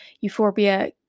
euphorbia